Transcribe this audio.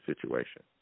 situation